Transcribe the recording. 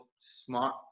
smart